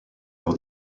leur